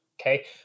okay